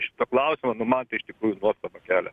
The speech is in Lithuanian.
šitą klausimą nu man tai iš tikrųjų nuostabą kelia